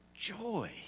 Joy